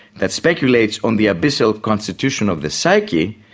that speculates on the abyssal constitution of the psyche,